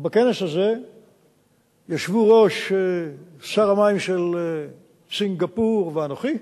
ובכנס הזה ישבו ראש שר המים של סינגפור ואנוכי,